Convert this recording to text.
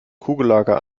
kugellager